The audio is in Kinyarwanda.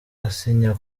asinya